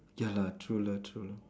ya lah true lah true lah